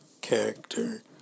character